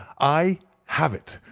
i have it!